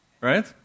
right